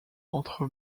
entre